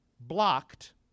blocked